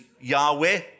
Yahweh